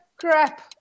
Crap